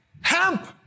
hemp